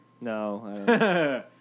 No